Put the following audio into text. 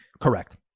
Correct